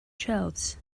shelves